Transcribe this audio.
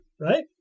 right